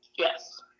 Yes